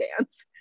dance